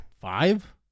Five